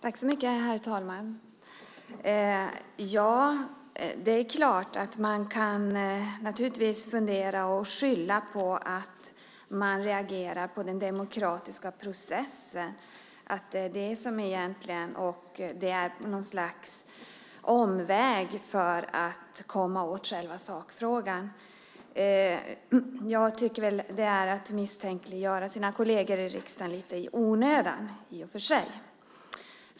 Herr talman! Man kan naturligtvis fundera på och skylla på att man reagerar på den demokratiska processen - att det är ett slags omväg för att komma åt själva sakfrågan. I och för sig är det väl att lite i onödan misstänkliggöra sina kolleger i riksdagen.